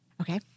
Okay